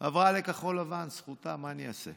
היא עברה לכחול לבן, זכותה, מה אני אעשה?